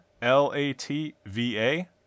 L-A-T-V-A